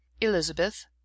Elizabeth